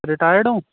retired ਹੋ